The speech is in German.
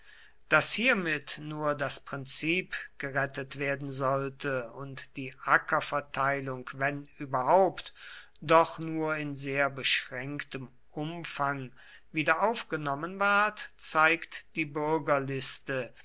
daß hiermit nur das prinzip gerettet werden sollte und die ackerverteilung wenn überhaupt doch nur in sehr beschränktem umfang wiederaufgenommen ward zeigt die bürgerliste